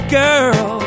girl